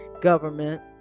government